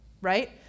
right